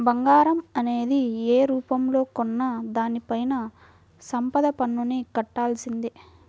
బంగారం అనేది యే రూపంలో కొన్నా దానిపైన సంపద పన్నుని కట్టాల్సిందే